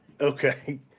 okay